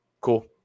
Cool